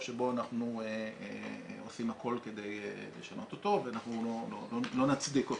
שבו אנחנו עושים הכול כדי לשנות אותו ואנחנו לא נצדיק אותו.